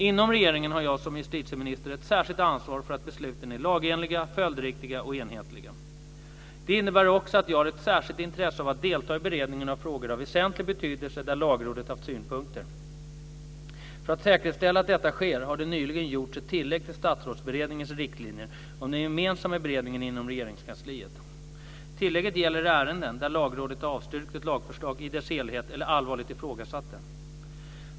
Inom regeringen har jag som justitieminister ett särskilt ansvar för att besluten är lagenliga, följdriktiga och enhetliga. Det innebär också att jag har ett särskilt intresse av att delta i beredningen av frågor av väsentlig betydelse där Lagrådet haft synpunkter. För att säkerställa att detta sker har det nyligen gjorts ett tillägg till Statsrådsberedningens riktlinjer om den gemensamma beredningen inom Regeringskansliet. Tillägget gäller ärenden där Lagrådet har avstyrkt ett lagförslag i dess helhet eller allvarligt ifrågasatt det.